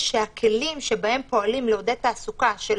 שהכלים שבהם פועלים כדי לעודד תעסוקה של